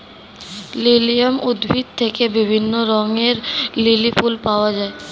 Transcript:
lilium উদ্ভিদ থেকে বিভিন্ন রঙের লিলি ফুল পাওয়া যায়